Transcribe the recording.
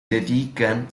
dedican